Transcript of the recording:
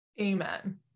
Amen